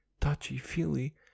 touchy-feely